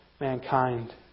mankind